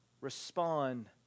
respond